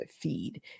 feed